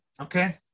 Okay